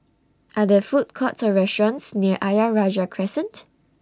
Are There Food Courts Or restaurants near Ayer Rajah Crescent